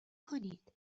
کنید